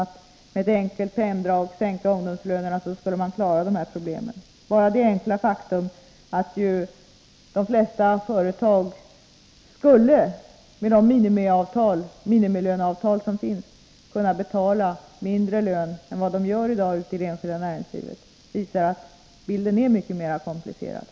Det är inte så enkelt att man bara genom att sänka ungdomslönerna skulle kunna klara problemen. Bara det enkla faktum att de flesta företag ute i det enskilda näringslivet med de minimilöneavtal som gäller skulle kunna betala lägre löner än de gör visar att situationen är mycket mer komplicerad.